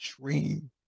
dream